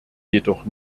jedoch